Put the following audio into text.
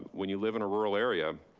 when you live in a rural area,